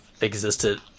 existed